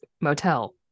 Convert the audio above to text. motel